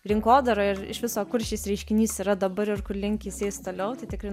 rinkodara ir iš viso kur šis reiškinys yra dabar iš kur link jis eis toliau tai tikrai